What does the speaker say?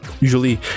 usually